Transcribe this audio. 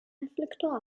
reflektor